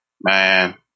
man